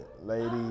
Lady